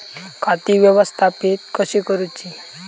खाती व्यवस्थापित कशी करूची?